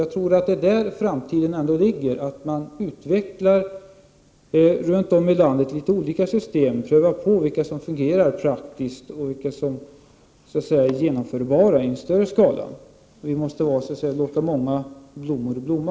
Jag tror att det är viktigt för framtiden att man runt om i landet utvecklar olika system och prövar på vilka system som praktiskt fungerar och är genomförbara i en större skala. Vi måste så att säga låta många blommor blomma.